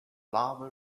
lava